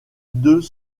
deux